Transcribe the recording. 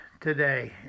today